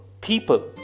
people